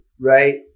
right